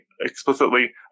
explicitly